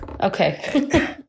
Okay